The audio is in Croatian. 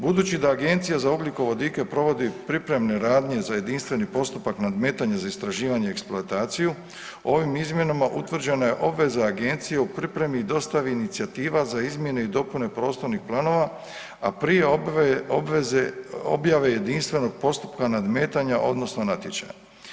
Budući da Agencija za ugljikovodike provodi pripremne radnje za jedinstveni postupak nadmetanja za istraživanje i eksploataciju, ovim izmjenama utvrđeno je obveza agencije u pripremi i dostavi inicijativa za izmjene i dopune prostornih planova a prije objave jedinstvenog postupka nadmetanja odnosno natječaja.